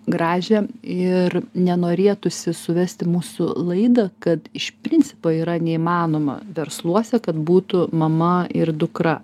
gražią ir nenorėtųsi suvesti mūsų laidą kad iš principo yra neįmanoma versluose kad būtų mama ir dukra